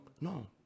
no